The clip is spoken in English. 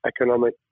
economic